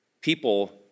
people